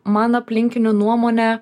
man aplinkinių nuomonė